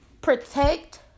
protect